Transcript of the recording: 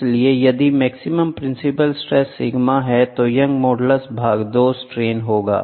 इसलिए यदि maximum principal stress sigma है तो यंग मॉडल्स भाग 2 स्ट्रेन होगा